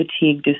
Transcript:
fatigue